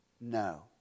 No